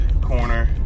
corner